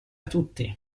tutti